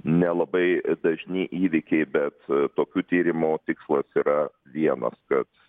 nelabai dažni įvykiai bet tokių tyrimų tikslas yra vienas kad